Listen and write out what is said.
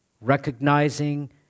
recognizing